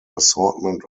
assortment